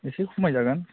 एसे खमायजागोन